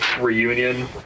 reunion